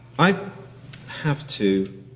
i have to.